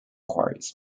quarries